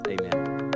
Amen